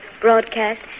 broadcast